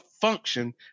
function